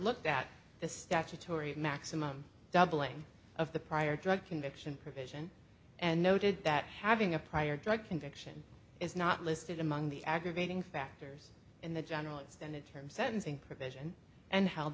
looked at the statutory maximum doubling of the prior drug conviction provision and noted that having a prior drug conviction is not listed among the aggravating factors in the general extended term sentencing provision and held